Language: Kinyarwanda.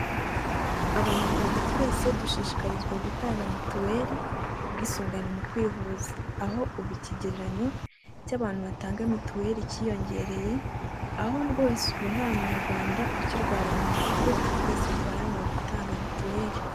Abanyarwanda twese dushishikarizwa gutanga mituweri ubwisungane mu kwivuza, aho ubu ikigereranyo cy'abantu batanga mituweri cyiyongereye, aho rwose ubu nta munyarwanda ukirwarira mu rugo twese duharanira gutanga mituweri.